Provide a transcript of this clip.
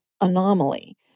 anomaly